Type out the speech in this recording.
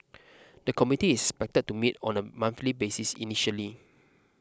the committee is expected to meet on a monthly basis initially